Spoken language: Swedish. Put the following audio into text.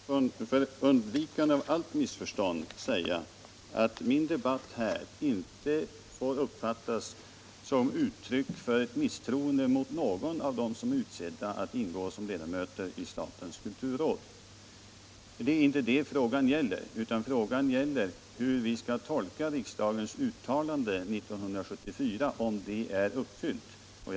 Herr talman! För undvikande av allt missförstånd ber jag att få framhålla att mina inlägg här inte får uppfattas som ett uttryck för misstroende mot någon av dem som utsetts till ledamot av statens kulturråd. Frågan 133 gäller inte detta, utan hur vi skall tolka riksdagens uttalande 1974 och om detta uttalande har beaktats.